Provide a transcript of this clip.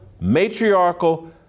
matriarchal